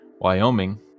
Wyoming